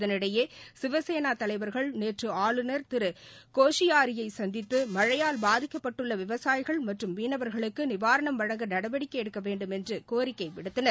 இதனிடையே சிவசேனா தலைவர்கள் நேற்று ஆளுநர் கோஷியாரியை சந்தித்து மழையால் பாதிக்கட்பட்டுள்ள விவசாயிகள் மற்றும் மீளவர்களுக்கு நிவாரணம் வழங்க நடவடிக்கை எடுக்கவேண்டும் என்று கோரிக்கை விடுத்தனர்